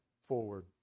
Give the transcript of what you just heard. forward